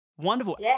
wonderful